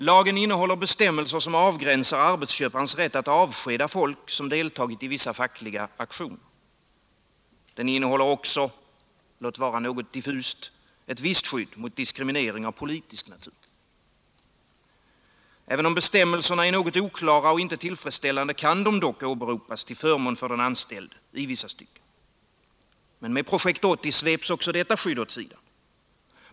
Lagen innehåller bestämmelser som avgränsar arbetsköparens rätt att avskeda folk som deltagit i vissa fackliga aktioner. Den innehåller också — låt vara något diffust —ett visst skydd mot diskriminering av politisk natur. Även om bestämmelserna är något oklara och inte tillfredsställande, kan de dock åberopas till förmån för den anställde i vissa stycken. Men med Projekt 80 sveps också detta skydd åt sidan.